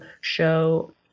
show